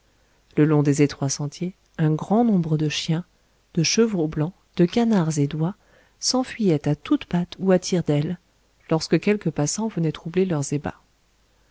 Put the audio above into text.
le long des étroits sentiers un grand nombre de chiens de chevreaux blancs de canards et d'oies s'enfuyaient à toutes pattes ou à tire-d'aile lorsque quelque passant venait troubler leurs ébats